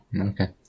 okay